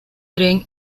tren